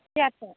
फैयाखै